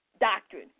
doctrine